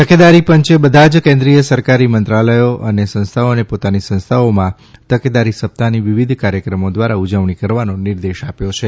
તકેદારી પંચે બધા જ કેન્દ્રીય સરકારી મંત્રાલયો અને સંસ્થાઓને પોતાની સંસ્થાઓમાં તકેદારી સપ્તાહની વિવિધ કાર્યક્રમો દ્વારા ઉજવણી કરવાનો નિર્દેશ આપ્યો છે